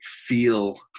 feel –